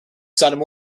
sounded